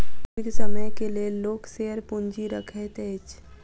दीर्घ समय के लेल लोक शेयर पूंजी रखैत अछि